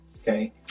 Okay